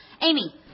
Amy